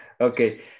Okay